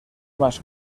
más